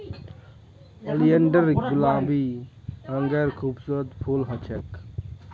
oleander गुलाबी रंगेर खूबसूरत फूल ह छेक